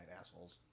assholes